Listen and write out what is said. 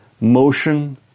motion